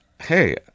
hey